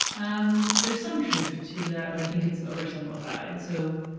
um there's some truth to that, but i think it's oversimplified. so